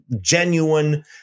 genuine